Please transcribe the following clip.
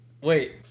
Wait